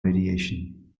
radiation